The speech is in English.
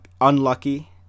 unlucky